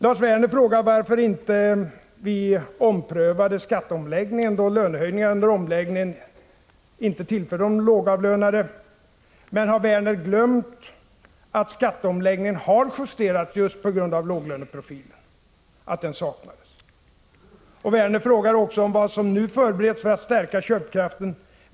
Lars Werner frågade varför vi inte omprövade skatteomläggningen då de lågavlönade under omläggningen inte tillfördes några lönehöjningar. Har Werner glömt att skatteomläggningen har justerats just på grund av att låglöneprofilen saknades? Werner frågade också vad som nu förbereds för att stärka köpkraften.